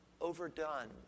overdone